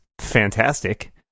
fantastic